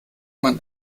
man